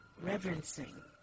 Reverencing